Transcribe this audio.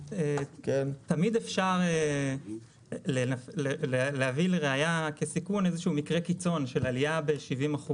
תמיד אפשר להביא לרעייה כסיכון איזה שהוא מקרה קיצון של עלייה ב-70%.